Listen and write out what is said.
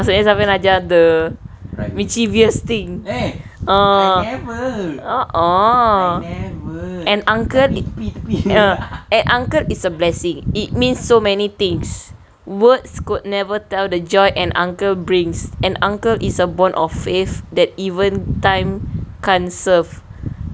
maksudnya safian kena ajar the mischievous thing orh orh orh an uncle ah an uncle is a blessing it means so many things words could never tell the joy an uncle brings an uncle is a bond of faith that even time can't serve